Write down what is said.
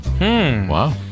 Wow